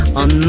on